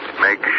make